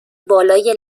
بالای